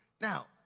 now